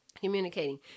communicating